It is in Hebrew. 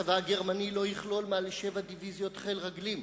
הצבא הגרמני לא יכלול מעל לשבע דיוויזיות חיל רגלים,